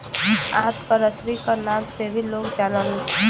आंत क रसरी क नाम से भी लोग जानलन